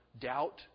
doubt